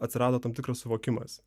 atsirado tam tikras suvokimas